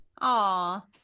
Aw